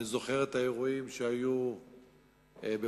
אני זוכר את האירועים שהיו בפראג,